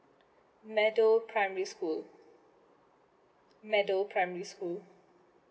meadow primary school meadow primary school